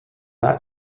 that